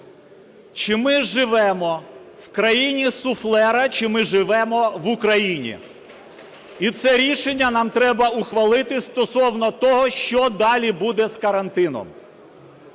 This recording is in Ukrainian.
Чи ми живемо в країні суфлера чи ми живемо в Україні? І це рішення нам треба ухвалити стосовно того, що далі буде з карантином.